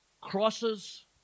crosses